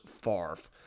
Farf